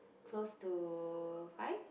close to five